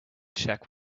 check